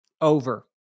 Over